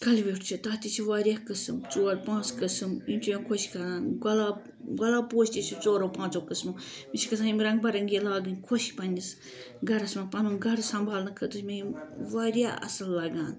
کَلہٕ وِیوٚٹھ چھُ تَتھ تہِ چھُ واریاہ قٕسم ژور پانژھ قٕسم یِم چھِ مےٚ خۄش کَران گۄلاب گۄلاب پوش تہِ چھِ ژورو پانژو قٕسمو مےٚ چھِ گَژھان یِم رنگ بارٕنگی لاگٕنۍ خۄش پَننِس گَرس منٛز پَنُن گَرٕ سمبالنہٕ خٲطرٕ چھِ مےٚ یِم واریاہ اصل لَگان